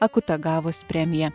akutagavos premiją